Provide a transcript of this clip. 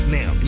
Now